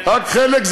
רק על חלק.